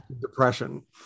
depression